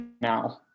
now